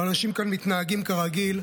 ואנשים כאן מתנהגים כרגיל.